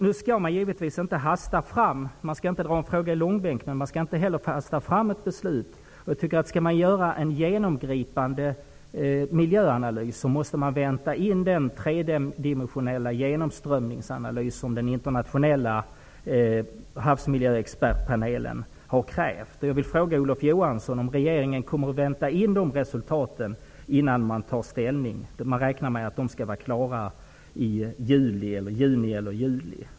Naturligtvis skall ett beslut inte hastas fram -- en fråga skall inte heller dras i långbänk. Men om väl en genomgripande miljöanalys skall göras, måste man invänta den tredimensionella genomströmningsanalys som den internationella havsmiljöexpertpanelen krävt. Fru talman! Jag vill ställa en fråga till Olof Johansson: Kommer regeringen att vänta in dessa resultat innan ställning tas? Man räknar med att dessa resultat skall vara klara i juni eller juli.